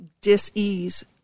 dis-ease